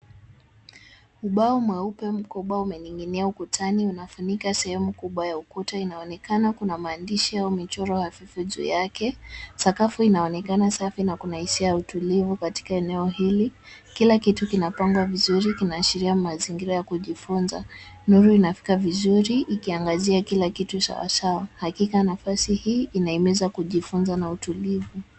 Ubao mweupe mkubwa umening'inia ukutani unafunika sehemu kubwa ya ukuta. Inaonekana kuna maandishi au michoro hafifu juu yake. Sakafu inaonekana safi na kuna hisia ya utulivu katika eneo hili. Kila kitu kinapangwa vizuri, kinaashiria mazingira ya kujifunza. Nuru inafika vizuri, ikiangazia kila kitu sawasawa. Hakika nafasi hii inaimiza kujifunza na utulivu.